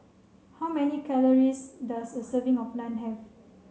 how many calories does a serving of Naan have